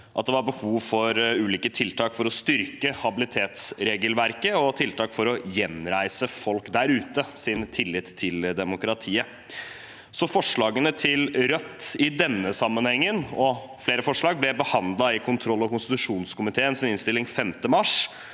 at det var behov for ulike tiltak for å styrke habilitetsregelverket og tiltak for å gjenreise folk der ute sin tillit til demokratiet. Forslagene til Rødt i denne sammenhengen, og flere forslag, ble behandlet – kontroll- og konstitusjonskomiteens innstilling – 5. mars.